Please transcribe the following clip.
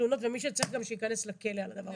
תלונות ומי שצריך גם שייכנס לכלא על הדבר הזה.